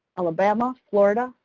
alabama, florida,